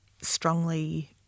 strongly